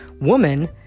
woman